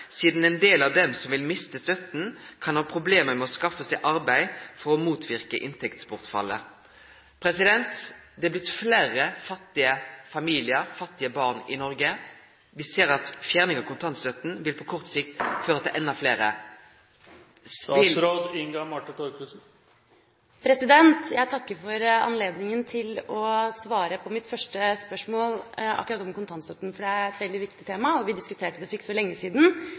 siden en del av dem som vil miste støtten, kan ha problemer med å skaffe seg arbeid for å motvirke inntektsbortfallet.» Det har blitt fleire fattige familiar og fattige barn i Noreg. Vi ser at ei fjerning av kontantstøtta på kort sikt vil føre til enda fleire. Jeg takker for anledningen til å svare på mitt første spørsmål akkurat om kontantstøtten, for det er et veldig viktig tema, og vi to diskuterte det for ikke så lenge siden.